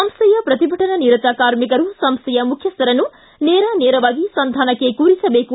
ಸಂಸ್ಥೆಯ ಪ್ರತಿಭಟನಾನಿರತ ಕಾರ್ಮಿಕರು ಸಂಸ್ಥೆಯ ಮುಖ್ವಸ್ಥರನ್ನು ನೇರಾನೇರವಾಗಿ ಸಂಧಾನಕ್ಕೆ ಕೂರಿಸಬೇಕು